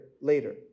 later